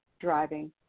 driving